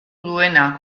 duena